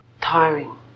tiring